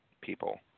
people